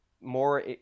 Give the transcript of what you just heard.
more